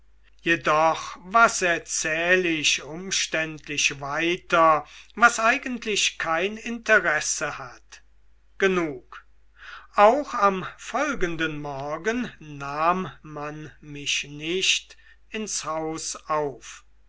jedoch was erzähl ich umständlich weiter was eigentlich kein interesse hat genug auch am folgenden morgen nahm man mich nicht ins haus auf